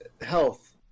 health